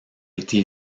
été